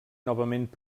novament